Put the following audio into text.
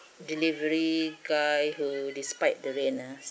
delivery guy who despite the rain ah